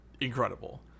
incredible